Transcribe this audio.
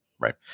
Right